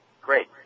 Great